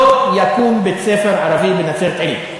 לא יקום בית-ספר ערבי בנצרת-עילית.